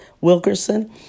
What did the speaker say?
Wilkerson